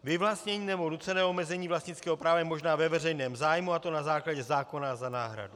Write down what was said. Vyvlastnění nebo nucené omezení vlastnického práva je možné ve veřejném zájmu, a to na základě zákona a za náhradu.